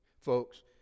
folks